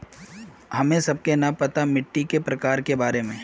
हमें सबके न पता मिट्टी के प्रकार के बारे में?